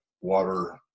water